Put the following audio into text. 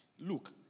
Look